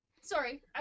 Sorry